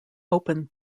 open